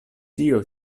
ĉio